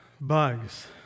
Bugs